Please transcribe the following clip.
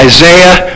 Isaiah